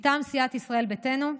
מטעם סיעת ישראל ביתנו,